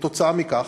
כתוצאה מכך,